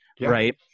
right